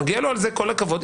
שמגיע לו על זה כל הכבוד,